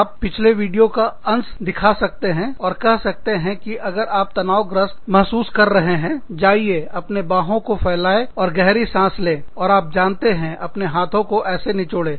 आप पिछले वीडियो का अंश दिखा सकते हैं और कह सकते हैं कि अगर आप तनावग्रस्त महसूस कर रहे हैं जाइए अपने बांहों को फैलाएं एवं गहरी सांस लें और आप जानते हैं अपने हाथों को ऐसे निचोड़े